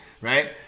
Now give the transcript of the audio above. Right